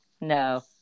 No